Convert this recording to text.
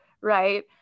right